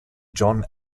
john